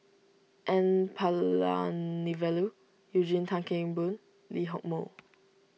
N Palanivelu Eugene Tan Kheng Boon Lee Hock Moh